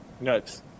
Nuts